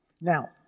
Now